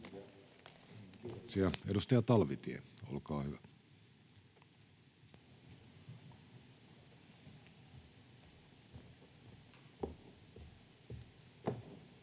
Edustaja Talvitie, olkaa hyvä.